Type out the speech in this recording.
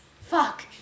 Fuck